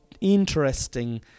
interesting